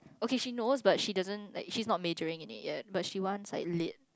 okay she knows but she doesn't like she is not measuring in it yet but she wants like elite